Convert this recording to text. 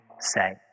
say